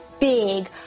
big